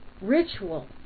ritual